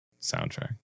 soundtrack